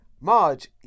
Marge